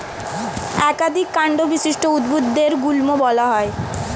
একাধিক কান্ড বিশিষ্ট উদ্ভিদদের গুল্ম বলা হয়